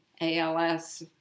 ALS